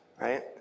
Right